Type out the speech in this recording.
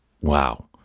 Wow